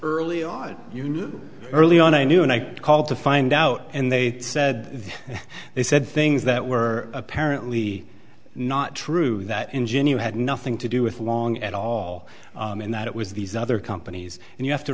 early on you know early on i knew and i called to find out and they said they said things that were apparently not true that ingenue had nothing to do with long at all and that it was these other companies and you have to